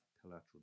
collateral